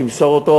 שימסור אותו.